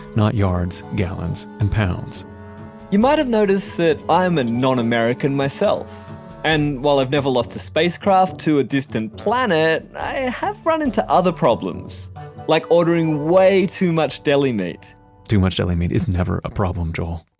not yards, gallons, and pounds you might've noticed that i am a non-american myself and while i've never lost a spacecraft to a distant planet, i have run into other problems like ordering way too much deli meat too much deli meat is never a problem joel